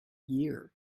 year